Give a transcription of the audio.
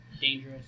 dangerous